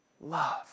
love